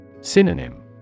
Synonym